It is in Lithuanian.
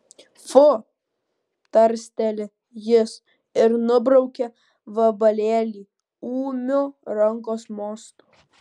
fu tarsteli jis ir nubraukia vabalėlį ūmiu rankos mostu